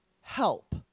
help